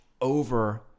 over